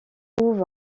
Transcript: trouve